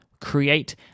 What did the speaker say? create